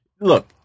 Look